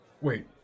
Wait